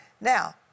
Now